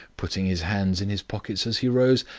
putting his hands in his pockets as he rose.